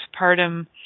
postpartum